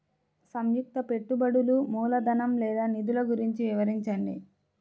సంయుక్త పెట్టుబడులు మూలధనం లేదా నిధులు గురించి వివరించండి?